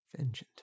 vengeant